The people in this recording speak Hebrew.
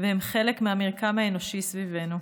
והם חלק מהמרקם האנושי סביבנו.